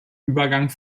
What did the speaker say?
übergang